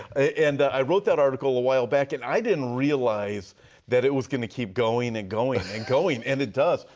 and i wrote that article awhile back. and i didn't realize that it was going to keep going, and going, and going, and it does.